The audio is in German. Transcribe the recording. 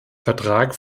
vertrag